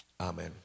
Amen